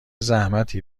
زحمتی